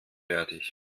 fertig